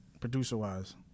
producer-wise